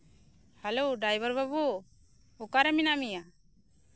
hello driver ᱵᱟᱹᱵᱩ ᱚᱠᱟᱨᱮ ᱢᱮᱱᱟᱜ ᱢᱮᱭᱟ